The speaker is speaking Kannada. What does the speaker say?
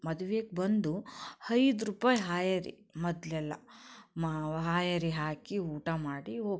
ಮದುವೆಗೆ ಬಂದು ಐದು ರೂಪಾಯಿ ಹಾಯೆರಿ ಮೊದಲೆಲ್ಲ ಮಾವ ಹಾಯೆರಿ ಹಾಕಿ ಊಟ ಮಾಡಿ ಹೋಗ್ತಿದ್ರು